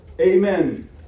Amen